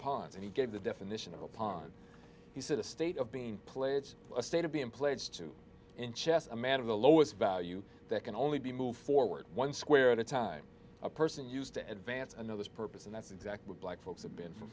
ponce and he gave the definition of upon he said a state of being pledge a state of being pledged to in chess a man of the lowest value that can only be moved forward one square at a time a person used to advance another's purpose and that's exactly black folks have been for